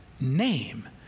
name